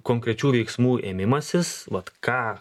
konkrečių veiksmų ėmimasis vat ką